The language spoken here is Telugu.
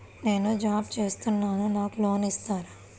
నేను జాబ్ చేస్తున్నాను నాకు లోన్ ఇస్తారా?